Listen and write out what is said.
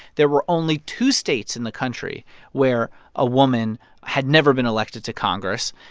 there were only two states in the country where a woman had never been elected to congress.